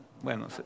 Bueno